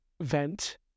vent